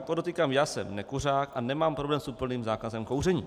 Podotýkám, já jsem nekuřák a nemám problém s úplným zákazem kouření.